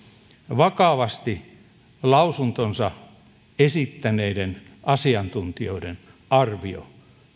vakavasti lausuntonsa esittäneiden asiantuntijoiden arvio